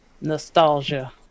Nostalgia